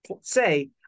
say